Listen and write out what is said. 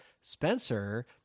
Spencer